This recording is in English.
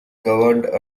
governed